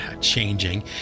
changing